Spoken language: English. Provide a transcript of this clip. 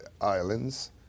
islands